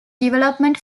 development